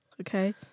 Okay